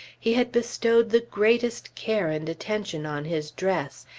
he had bestowed the greatest care and attention on his dress,